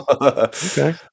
okay